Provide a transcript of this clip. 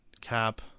Cap